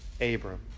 Abram